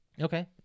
Okay